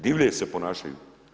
Divlje se ponašaju.